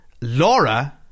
Laura